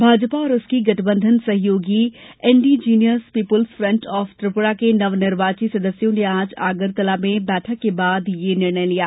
भाजपा और उसकी गठबंधन सहयोगी indigenous people's front of Tripura के नवनिर्वाचित सदस्यों ने आज अगरतला में बैठक के बाद यह निर्णय लिया